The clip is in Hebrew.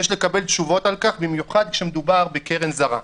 יש לקבל תשובות על כך במיוחד כשמדובר בהתערבות זרה.